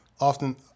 often